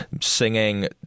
singing